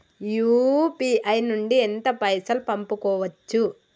UPI నుండి ఎంత పైసల్ పంపుకోవచ్చు?